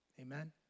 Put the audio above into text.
Amen